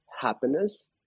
happiness